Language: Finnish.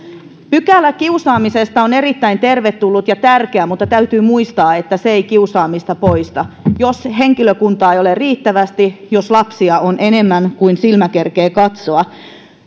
pykälä kiusaamisesta on erittäin tervetullut ja tärkeä mutta täytyy muistaa että se ei kiusaamista poista jos henkilökuntaa ei ole riittävästi jos lapsia on enemmän kuin silmä kerkeää katsoa